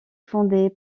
fondé